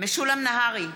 משולם נהרי,